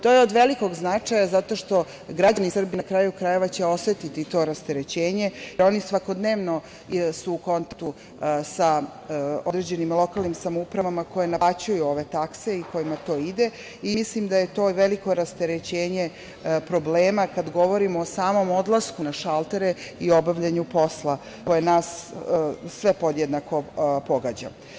To je od velikog značaja zato što građani Srbije, na kraju krajeva, će osetiti to rasterećenje jer su oni svakodnevno u kontaktu sa određenim lokalnim samoupravama koje naplaćuju ove takse i kojima to ide i mislim da je to veliko rasterećenje problema kada govorimo o samom odlasku na šaltere i obavljanju posla koje nas sve podjednako pogađa.